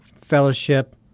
fellowship